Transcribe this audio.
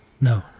No